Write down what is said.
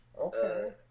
Okay